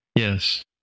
Yes